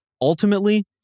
ultimately